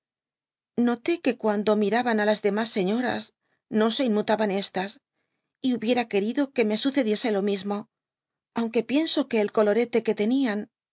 noté que cuando mudaban á las demás señoras no se in mutaban estas y hubiera querido que me sucediese lo mismo aunque pienso que el colorete que tenían